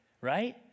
right